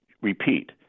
Repeat